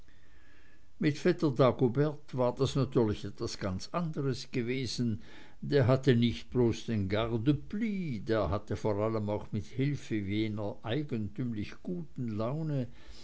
mit vetter dagobert war das natürlich etwas ganz anderes gewesen der hatte nicht bloß den gardepli der hatte vor allem auch mit hilfe jener eigentümlich guten laune